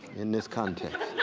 in this context.